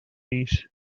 niece